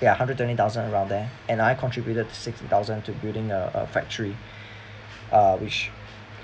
ya hundred twenty thousand around there and I contributed sixty thousand to building a a factory uh which